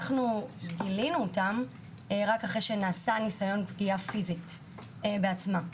אנחנו גילינו אותם רק לאחר שהיא ניסתה לפגוע פיזית בעצמה.